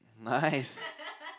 nice